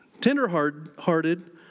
tender-hearted